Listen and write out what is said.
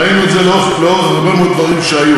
ראינו את זה בהרבה מאוד דברים שהיו.